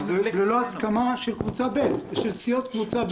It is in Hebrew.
ללא הסכמה של סיעות קבוצה ב'?